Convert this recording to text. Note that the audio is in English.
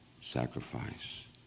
sacrifice